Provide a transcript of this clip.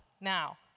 now